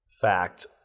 fact